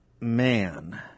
man